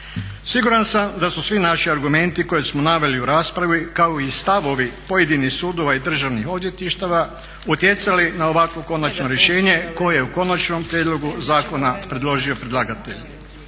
Siguran sam da su svi naši argumenti koje smo naveli u raspravi kao i stavovi pojedinih sudova i državnih odvjetništava utjecali na ovakvo konačno rješenje koje je u konačnom prijedlogu zakona predložio predlagatelj.